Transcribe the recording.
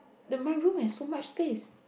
the my room has so much space